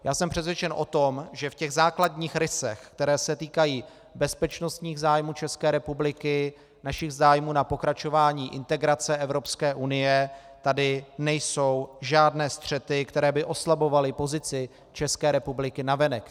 Já jsem přesvědčen o tom, že v základních rysech, které se týkají bezpečnostních zájmů České republiky, našich zájmů na pokračování integrace Evropské unie, tady nejsou žádné střety, které by oslabovaly pozici České republiky navenek.